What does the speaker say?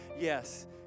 Yes